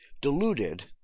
deluded